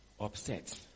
upset